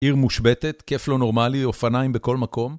עיר מושבתת, כיף לא נורמלי, אופניים בכל מקום